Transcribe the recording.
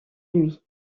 nuit